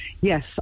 Yes